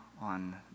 on